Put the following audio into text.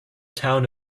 town